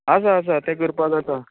आसा आसा तें करपाक जाता